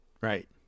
Right